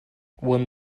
when